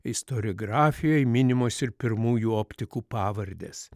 istoriografijoje minimos ir pirmųjų optikų pavardės